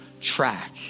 track